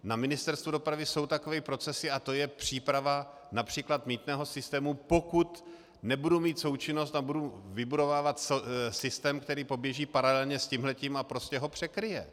Na Ministerstvu dopravy jsou takové procesy, a to je příprava například mýtného systému, pokud nebudu mít součinnost a budu vybudovávat systém, který poběží paralelně s tímhletím a prostě ho překryje.